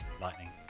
lightning